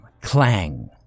clang